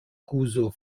kuzo